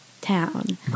town